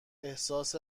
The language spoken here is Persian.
احساس